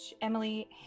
Emily